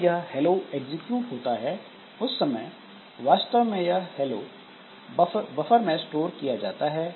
जब यह hello execute होता है उस समय वास्तव में यह हेलो बफर में स्टोर किया जाता है